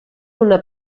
una